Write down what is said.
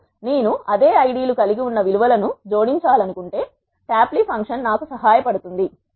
ఇప్పుడు నేను అదే ఐడి లు కలిగి ఉన్న విలు వలను జోడించాలనుకుంటే ట్యాప్లీ ఫంక్షన్ నాకు సహాయపడుతుంది